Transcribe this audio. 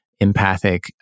Empathic